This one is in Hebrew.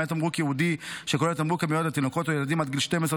למעט תמרוק ייעודי שכולל תמרוק המיועד לתינוקות ולילדים עד גיל 12,